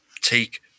take